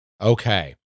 Okay